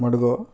ಮಡ್ಗೋ